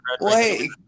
Wait